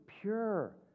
pure